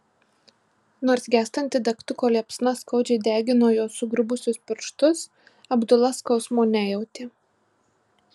nors gęstanti degtuko liepsna skaudžiai degino jo sugrubusius pirštus abdula skausmo nejautė